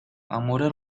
amores